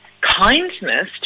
kindness